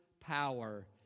Power